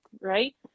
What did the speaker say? right